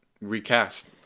recast